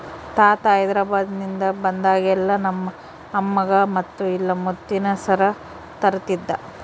ತಾತ ಹೈದೆರಾಬಾದ್ನಿಂದ ಬಂದಾಗೆಲ್ಲ ನಮ್ಮ ಅಮ್ಮಗ ಮುತ್ತು ಇಲ್ಲ ಮುತ್ತಿನ ಸರ ತರುತ್ತಿದ್ದ